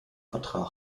vertrag